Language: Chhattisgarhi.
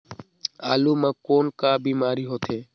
आलू म कौन का बीमारी होथे?